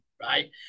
right